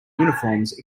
uniforms